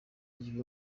ibi